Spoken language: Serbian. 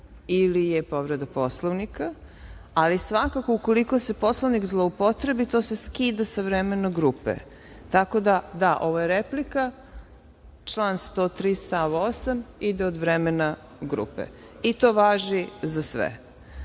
ili je povreda Poslovnika, ali svakako ukoliko se Poslovnik zloupotrebi, to se skida sa vremena grupe. Tako da, da, ovo je replika, član 103. stav 8. ide od vremena grupe, i to važi za